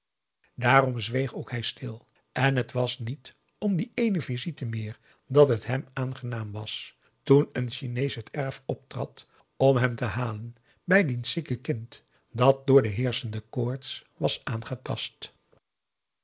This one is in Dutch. daarom zweeg ook hij stil en het was niet om die eene visite meer dat het hem aangenaam was toen een chinees het erf optrad om hem te halen bij diens zieke kind dat door de heerschende koorts was aangetast